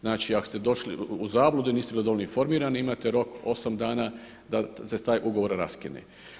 Znači ako ste došli u zabludu i niste bili dovoljno informirani imate rok 8 dana da se taj ugovor raskine.